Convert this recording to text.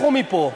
לכו מפה.